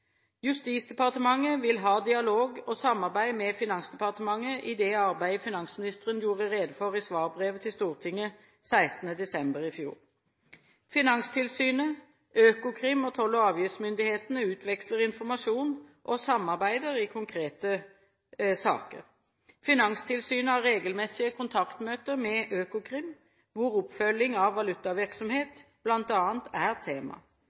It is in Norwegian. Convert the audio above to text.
Justisdepartementet vil ha dialog og samarbeid med Finansdepartementet i det arbeidet finansministeren gjorde rede for i svarbrevet til Stortinget 16. desember i fjor. Finanstilsynet, Økokrim og toll- og avgiftsmyndighetene utveksler informasjon og samarbeider i konkrete saker. Finanstilsynet har regelmessige kontaktmøter med Økokrim, hvor oppfølging av valutavirksomhet bl.a. er tema.